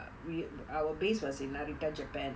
we our base was in narita japan